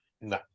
No